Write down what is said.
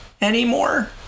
anymore